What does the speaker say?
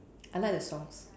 I like the songs